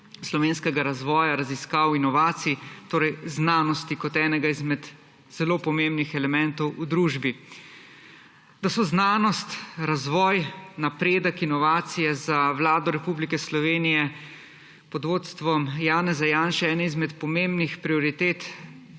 slovenskega razvoja, raziskav, inovacij, torej znanosti kot enega izmed zelo pomembnih elementov v družbi. Da so znanost, razvoj, napredek, inovacije za Vlado Republike Slovenije pod vodstvom Janeza Janše ene izmed pomembnih prioritet,